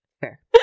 Fair